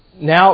Now